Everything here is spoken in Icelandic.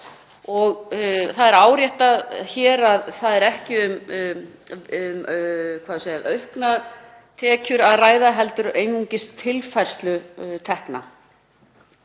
Það er áréttað hér að ekki er um auknar tekjur að ræða heldur einungis tilfærslu tekna.